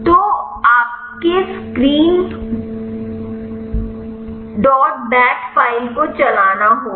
तो आपको screen dot bat file को चलाना होगा